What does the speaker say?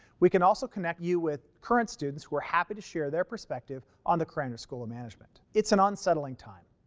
we can also connect you with current students, who are happy to share their perspective, on the krannert school of management. it's an unsettling time.